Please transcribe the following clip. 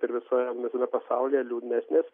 ir visoje visame pasaulyje liūdnesnės